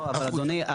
אדוני,